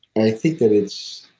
i think that it's.